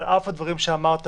על אף הדברים שאמרת,